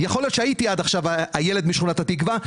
יכול להיות שהייתי עד עכשיו הילד משכונת התקווה,